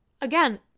again